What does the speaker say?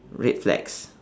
red flags